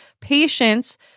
patience